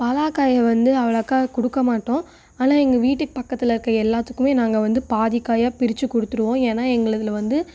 பலாக்காயை வந்து அவ்வளோக்கா கொடுக்க மாட்டோம் ஆனால் எங்கள் வீட்டுக் பக்கத்தில் இருக்க எல்லாத்துக்குமே நாங்கள் வந்து பாதி காயாக பிரிச்சு கொடுத்துருவோம் ஏன்னா எங்களதில வந்து